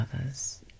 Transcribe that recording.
others